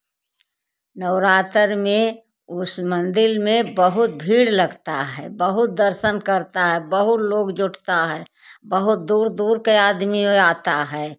नवरात्र में उस मंदिर में बहुत भीड़ लगता है बहुत दर्शन करता है बहुत लोग जुटता है बहुत दूर दूर के आदमी आता है